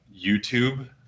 YouTube